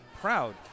proud